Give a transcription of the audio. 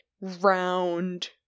round